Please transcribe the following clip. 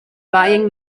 buying